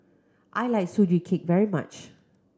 I like Sugee Cake very much